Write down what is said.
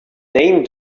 name